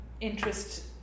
interest